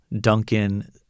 Duncan